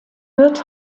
wird